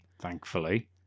Thankfully